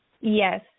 Yes